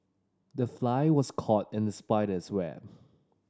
the fly was caught in the spider's web